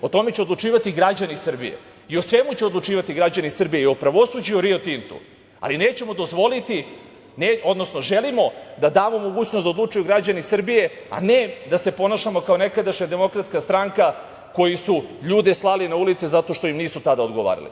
O tome će odlučivati građani Srbije i o svemu će odlučivati građani Srbije, i o pravosuđu i o „Rio Tintu“, ali želimo da damo mogućnost da odlučuju građani Srbije, a ne da se ponašamo kao nekadašnja Demokratska stranka, koji su ljude slali na ulice zato što im nisu tada odgovarali.